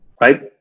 right